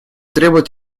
требует